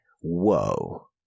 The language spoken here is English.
whoa